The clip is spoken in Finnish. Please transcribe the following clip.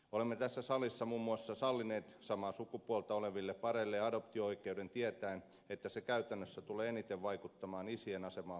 olemme tässä salissa muun muassa sallineet samaa sukupuolta oleville pareille adoptio oikeuden tietäen että se käytännössä tulee eniten vaikuttamaan isien asemaan heikentävästi